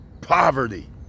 poverty